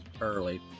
early